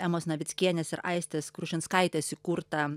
emos navickienės ir aistės krušinskaitės įkurta